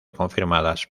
confirmadas